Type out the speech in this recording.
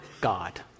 God